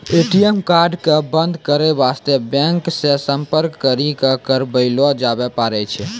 ATM card क बन्द करै बास्ते बैंक से सम्पर्क करी क करबैलो जाबै पारै छै